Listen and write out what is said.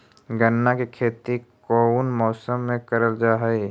गन्ना के खेती कोउन मौसम मे करल जा हई?